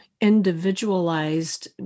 individualized